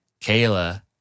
Kayla